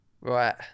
Right